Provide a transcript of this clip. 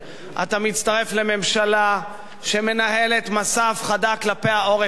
אתה מצטרף לממשלה שמנהלת מסע הפחדה כלפי העורף שלה,